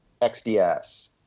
XDS